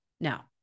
Now